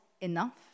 enough